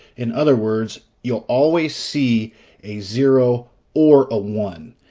in other words, you'll always see a zero or a one.